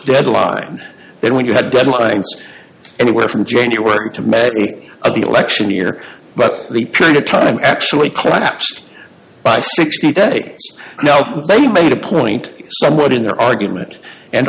deadline then when you had deadlines anywhere from january to may of the election year but the period of time actually collapsed by sixty day now but they made a point somewhat in their argument and